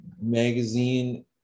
magazine